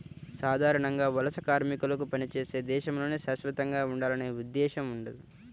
సాధారణంగా వలస కార్మికులకు పనిచేసే దేశంలోనే శాశ్వతంగా ఉండాలనే ఉద్దేశ్యం ఉండదు